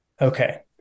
Okay